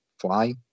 fly